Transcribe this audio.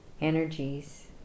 energies